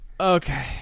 okay